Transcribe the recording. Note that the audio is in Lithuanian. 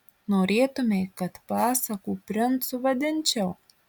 norėtumei kad pasakų princu vadinčiau